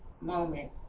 moment